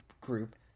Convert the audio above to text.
group